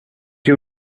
you